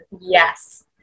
Yes